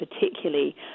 particularly